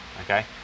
okay